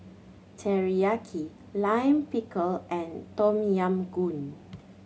Teriyaki Lime Pickle and Tom Yam Goong